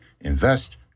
invest